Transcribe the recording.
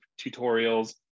tutorials